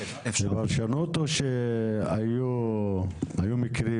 זאת פרשנות או שהיו מקרים